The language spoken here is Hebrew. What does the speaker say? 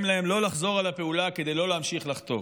להן לא לחזור על הפעולה כדי לא להמשיך לחטוף.